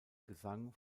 gesang